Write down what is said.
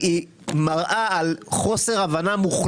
הם רוצים לקחת את הכסף הזה ובזה לממן את מחירי המים.